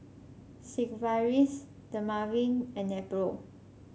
Sigvaris Dermaveen and Nepro